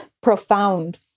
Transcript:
profound